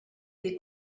des